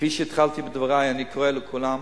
כפי שהתחלתי בדברי, אני קורא לכולם,